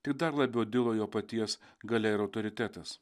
tik dar labiau dilo jo paties galia ir autoritetas